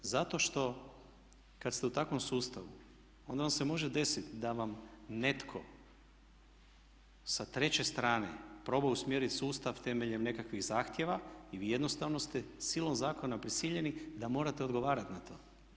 Zato što kad ste u takvom sustavu onda vam se može desiti da vam netko sa treće strane proba usmjeriti sustav temeljem nekakvih zahtjeva i vi jednostavno ste silom zakona prisiljeni da morate odgovarati na to.